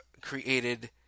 created